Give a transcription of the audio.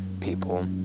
people